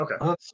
Okay